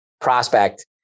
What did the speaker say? prospect